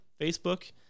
Facebook